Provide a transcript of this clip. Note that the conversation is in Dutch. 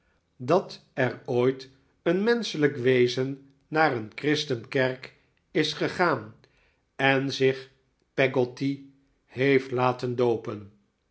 dat er ooit een menschelijk wezen naar een christenkerk is gegaan en zich peggotty heeft laten doopen